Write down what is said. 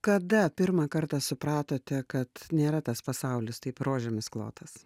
kada pirmą kartą supratote kad nėra tas pasaulis taip rožėmis klotas